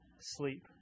sleep